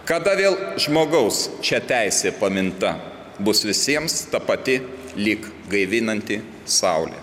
kada vėl žmogaus čia teisė paminta bus visiems ta pati lyg gaivinanti saulė